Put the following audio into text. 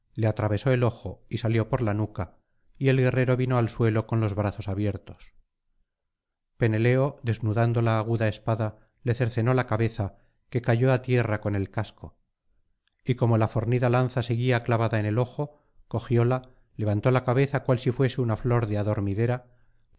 le atravesó el ojo y salió por la nuca y el guerrero vino al suelo con los brazos abiertos peneleo desnudando la aguda espada le cercenó la cabeza que cayó á tierra con el casco y como la fornida lanza seguía clavada en el ojo cogióla levantó la cabeza cual si fuese una flor de adormidera